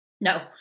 No